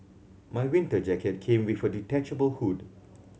my winter jacket came with a detachable hood